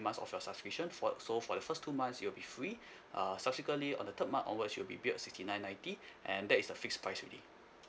months of your subscription for so for the first two months it'll be free err subsequently on the third month onwards you will billed sixty nine ninety and that is the fixed price already